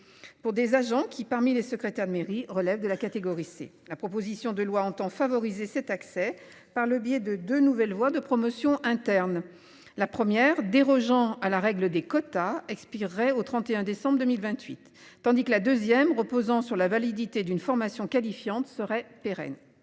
Pour des agents qui, parmi les secrétaires de mairie relèvent de la catégorie C, la proposition de loi entend favoriser cet accès par le biais de de nouvelles voies de promotion interne. La première dérogeant à la règle des quotas expirait au 31 décembre 2028, tandis que la 2ème reposant sur la validité d'une formation qualifiante serait pérenne.